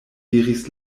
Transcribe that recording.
diris